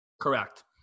Correct